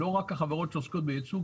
לא רק החברות שעוסקות ביצוא.